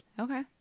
Okay